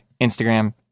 Instagram